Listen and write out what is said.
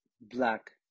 black